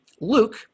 Luke